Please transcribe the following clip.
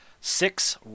six